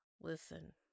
Listen